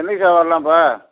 என்னிக்கு sir வரலாம் இப்போ